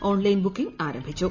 online booking ആരംഭിച്ചു